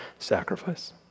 sacrifice